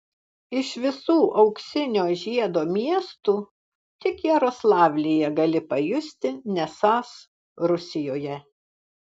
iš visų auksinio žiedo miestų tik jaroslavlyje gali pajusti nesąs rusijoje